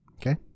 okay